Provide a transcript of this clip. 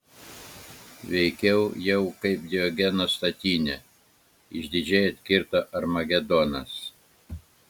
veikiau jau kaip diogeno statinė išdidžiai atkirto armagedonas